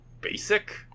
basic